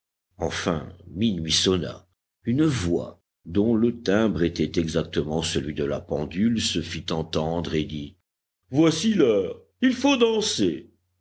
enfin minuit sonna une voix dont le timbre était exactement celui de la pendule se fit entendre et dit voici l'heure il faut danser